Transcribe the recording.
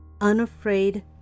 unafraid